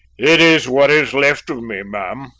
it is what is left of me, ma'am,